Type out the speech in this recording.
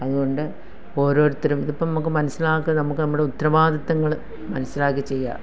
അതുകൊണ്ട് ഓരോരുത്തരും ഇതിപ്പോള് നമുക്ക് മനസ്സിലാക്കാൻ നമുക്ക് നമ്മുടെ ഉത്തരവാദിത്വങ്ങള് മനസ്സിലാക്കി ചെയ്യുക